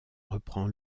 reprend